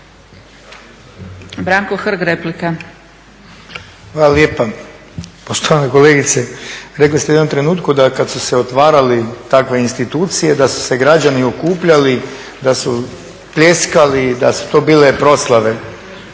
Branko Hrg, replika.